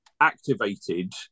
activated